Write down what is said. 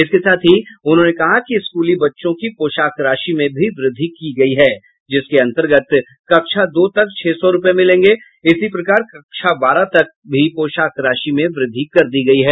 इसके साथ ही उन्होंने कहा कि स्कूली बच्चों की पोशाक राशि में भी वृद्धि कर दी गयी है जिसके अंतर्गत कक्षा दो तक छह सौ रूपये मिलेंगे इसी प्रकार कक्षा बारह तक भी पोशाक राशि में वृद्धि कर दी गयी है